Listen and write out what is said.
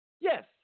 Yes